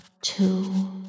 two